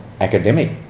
academic